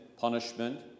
punishment